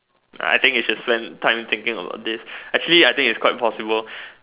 I think you should spend time thinking about this actually I think it's quite possible